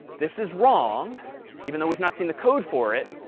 this is wrong even though we've not seen the code for it.